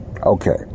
Okay